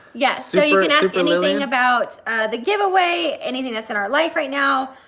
yeah so you can ask anything about the giveaway, anything that's in our life right now,